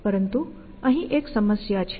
પરંતુ અહીં એક સમસ્યા છે